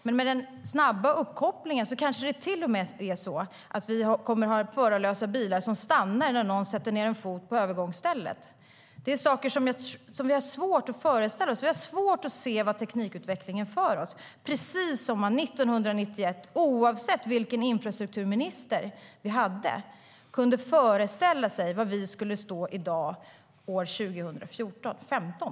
Med den snabba uppkopplingen kanske det till och med är så att vi kommer att ha förarlösa bilar som stannar när någon sätter ned en fot på övergångsstället. Det är saker som vi har svårt att föreställa oss. Vi har svårt att se vart teknikutvecklingen för oss, precis som man 1991, oavsett vilken infrastrukturminister vi hade, hade svårt att föreställa sig var vi skulle stå år 2015.